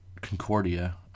concordia